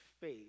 faith